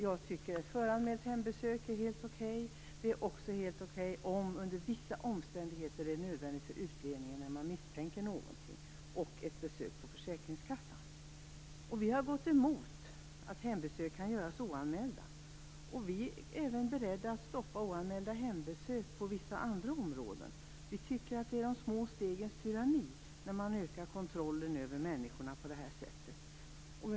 Jag tycker att ett föranmält hembesök är helt okej. Det är också helt okej om det under vissa omständigheter är nödvändigt för utredningen när man misstänker någonting. Det gäller också ett besök på försäkringskassan. Vi har gått emot att hembesök kan göras oanmälda. Vi är också beredda att stoppa hembesök på vissa andra områden. Vi tycker att det är de små stegens tyranni när man ökar kontrollen över människorna på det här sättet.